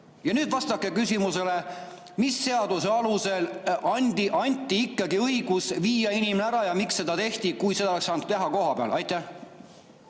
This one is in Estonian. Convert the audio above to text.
nüüd vastake küsimusele. Mis seaduse alusel anti ikkagi õigus viia inimene ära? Ja miks seda tehti, kui seda oleks saanud teha kohapeal? Ma